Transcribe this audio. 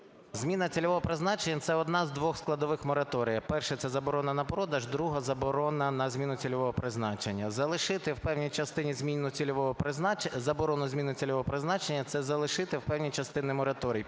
зміна цільового призначення – це одна з двох складових мораторію. Перша – це заборона на продаж, друга – заборона на зміну цільового призначення. Залишити в певній частині заборону зміни цільового призначення – це залишити в певній частині мораторій.